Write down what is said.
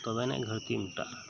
ᱛᱚᱵᱮᱭᱟᱹᱱᱤᱡ ᱜᱷᱟᱹᱨᱛᱤ ᱢᱮᱴᱟᱜᱼᱟ